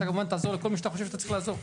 אתה כמובן תעזור לכל מי שאתה חושב שאתה צריך לעזור.